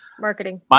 Marketing